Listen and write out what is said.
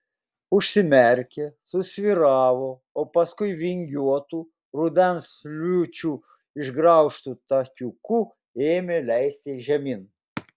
užsimerkė susvyravo o paskui vingiuotu rudens liūčių išgraužtu takiuku ėmė leistis žemyn